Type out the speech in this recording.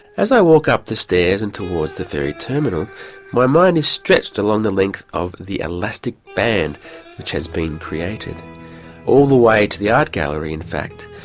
as i walk up the stairs and towards the ferry terminal my mind is stretched along the length of the elastic band which has been created all the way to the art gallery in fact.